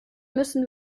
müssen